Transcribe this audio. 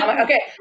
Okay